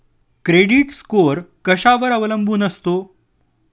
Credit score कशावर अवलंबून असतो?